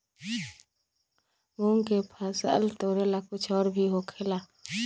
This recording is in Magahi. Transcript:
मूंग के फसल तोरेला कुछ और भी होखेला?